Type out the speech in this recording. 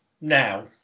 now